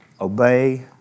obey